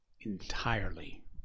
entirely